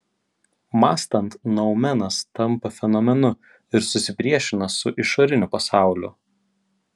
mąstant noumenas tampa fenomenu ir susipriešina su išoriniu pasauliu